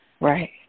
Right